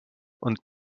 und